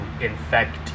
infect